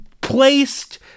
placed